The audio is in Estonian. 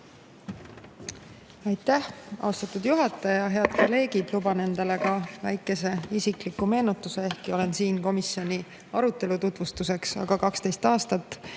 Aitäh, austatud juhataja! Head kolleegid! Luban endale ka väikese isikliku meenutuse, ehkki olen siin komisjoni arutelu tutvustuseks. 12 aastat